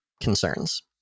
concerns